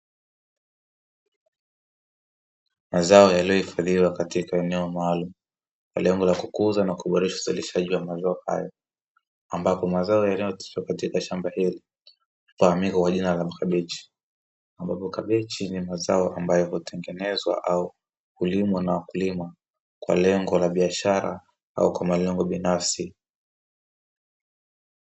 Mazao yaliyohifadhiwa katika eneo maalumu kwa lengo la kukuza na kuboresha uzalishaji wa mazao hayo, ambapo mazao yanayooteshwa katika shamba hili hufahamika kwa jina la makabichi. Ambapo kabichi ni mazao ambayo hutengenezwa au hulimwa na wakulima kwa lengo la biashara au kwa malengo binafsi.